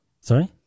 Sorry